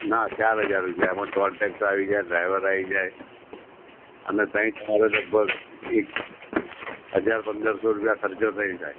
ના ચાર હજાર રૂપિયા આમાં ટોલટેક્ષ આવી જાય ડ્રાઈવર આવી જાય અને ત્યાં તમારે લગભગ એક હજાર પંદરસો રૂપિયા ખર્ચો થઈ જાય